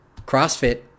CrossFit